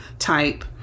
Type